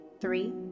Three